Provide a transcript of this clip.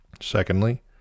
secondly